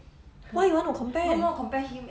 why you want to compare